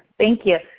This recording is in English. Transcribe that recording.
thank you.